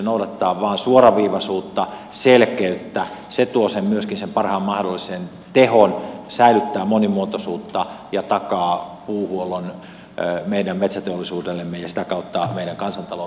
tarvitaan suoraviivaisuutta selkeyttä se tuo myöskin sen parhaan mahdollisen tehon säilyttää monimuotoisuutta ja takaa puuhuollon meidän metsäteollisuudellemme ja sitä kautta tuo meidän kansantalouteemme tuloja